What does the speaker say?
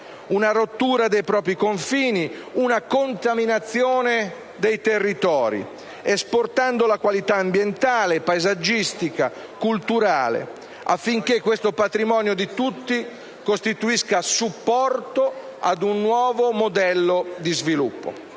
una rottura dei propri confini, una contaminazione dei territori, esportando la qualità ambientale, paesaggistica e culturale, affinché questo patrimonio di tutti costituisca supporto a un nuovo modello di sviluppo.